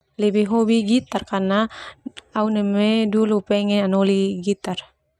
Lebih hobi gitar karna au neme dulu pengen anoli gitar.